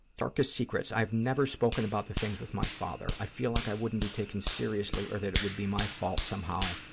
darkest secrets. i've never spoken about the things with my father. i feel like i wouldn't be taken seriously or that it would be my fault somehow,